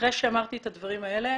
אחרי שאמרתי את הדברים האלה,